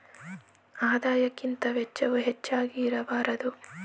ಆದಾಯಕ್ಕಿಂತ ವೆಚ್ಚವು ಹೆಚ್ಚಾಗಿ ಇರಬಾರದು